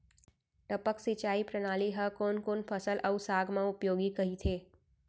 टपक सिंचाई प्रणाली ह कोन कोन फसल अऊ साग म उपयोगी कहिथे?